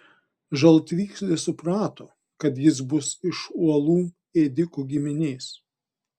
žaltvykslė suprato kad jis bus iš uolų ėdikų giminės